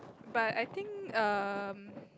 but I think um